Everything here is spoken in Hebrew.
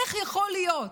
איך יכול להיות?